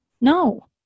No